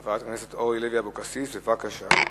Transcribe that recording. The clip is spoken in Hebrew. חברת הכנסת אורלי לוי אבקסיס, בבקשה.